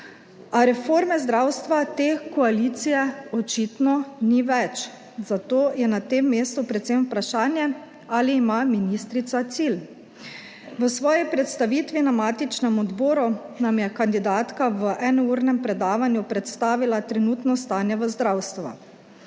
reforme zdravstva te koalicije očitno ni več, zato je na tem mestu predvsem vprašanje ali ima ministrica cilj. V svoji predstavitvi na matičnem odboru nam je kandidatka v enournem predavanju predstavila trenutno stanje v zdravstvu.